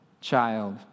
child